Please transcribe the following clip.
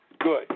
good